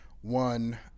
One